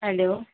hello